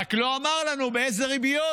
רק שלא אמר לנו באילו ריביות.